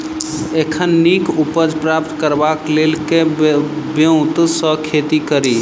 एखन नीक उपज प्राप्त करबाक लेल केँ ब्योंत सऽ खेती कड़ी?